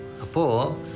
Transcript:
Apo